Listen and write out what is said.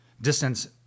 distance